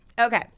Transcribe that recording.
Okay